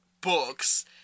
books